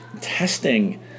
testing